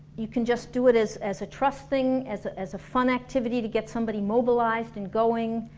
you can just do it as as a trust thing, as ah as a fun activity to get somebody mobilized and going